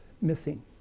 missing